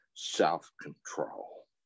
self-control